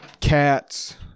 cats